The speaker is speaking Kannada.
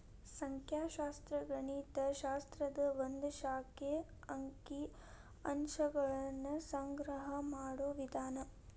ಸಂಖ್ಯಾಶಾಸ್ತ್ರ ಗಣಿತ ಶಾಸ್ತ್ರದ ಒಂದ್ ಶಾಖೆ ಅಂಕಿ ಅಂಶಗಳನ್ನ ಸಂಗ್ರಹ ಮಾಡೋ ವಿಧಾನ